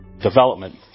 Development